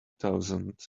thousand